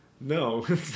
No